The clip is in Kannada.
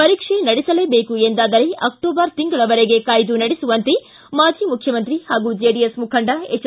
ಪರೀಕ್ಷೆ ನಡೆಸಲೇಬೇಕು ಎಂದಾದರೆ ಅಕ್ಸೋಬರ್ ತಿಂಗಳವರೆಗೆ ಕಾಯ್ದು ನಡೆಸುವಂತೆ ಮಾಜಿ ಮುಖ್ಯಮಂತ್ರಿ ಹಾಗೂ ಜೆಡಿಎಸ್ ಮುಖಂಡ ಎಜ್